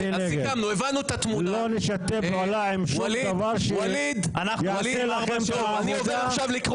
לא נשתף פעולה עם שום דבר שיעשה לכם את העבודה מהדברים